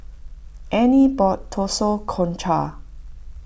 Anie bought Zosui for Concha